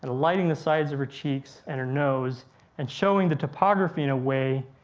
and lighting the sides of her cheeks and her nose and showing the topography in a way,